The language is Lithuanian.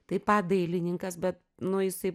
taip pat dailininkas bet nu jisai